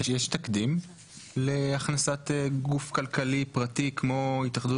יש תקדים להכנסת גוף כלכלי פרטי כמו התאחדות